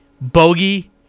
Bogey